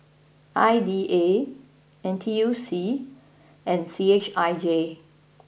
I D A N T U C and C H I J